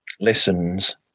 listens